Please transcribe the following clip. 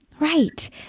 Right